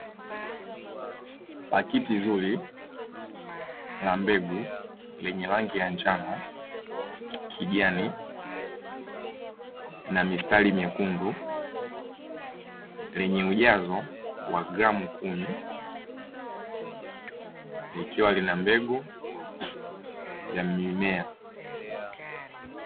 Pakiti zuri ya mbegu lenye rangi ya njano, kijani na mistari mekundu. Lenye ujazo wa gramu kumi likiwa lina mbegu ya mimea.